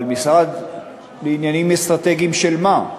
אבל משרד לעניינים אסטרטגיים של מה?